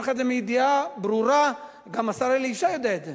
יודע מה, אומרים שיש פקק, שזה לוקח הרבה זמן.